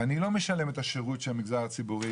ואני לא משלם את השירות של המגזר הציבורי